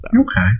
Okay